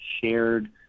shared